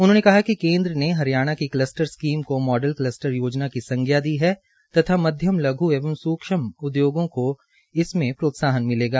उन्होंने कहा कि केन्द्र ने हरियाणा की कलस्टर स्कीम को मॉडल कलस्टर योजना की संज्ञा दी है तथा मध्यम लघ् एवं सूक्षम उद्योगों उद्योगों को इसमें प्रोत्साहन मिलेगा